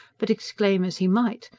but exclaim as he might,